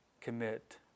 commit